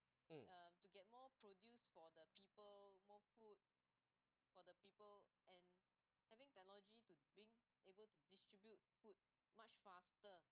mm